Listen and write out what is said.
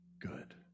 good